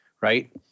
right